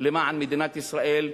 למען מדינת ישראל,